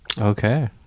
Okay